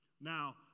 Now